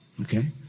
Okay